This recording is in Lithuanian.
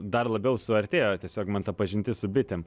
dar labiau suartėjo tiesiog man ta pažintis su bitėm